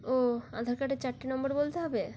ও আধার কার্ডের চারটে নম্বর বলতে হবে